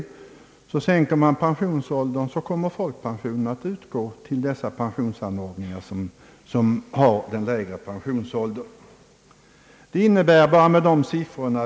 Vid en sänkning av pensionsåldern kommer utgifterna för folkpensionen att stiga medan den pensionsinrättning till vilken den som har en lägre pensionsålder hör får en motsvarande minskning.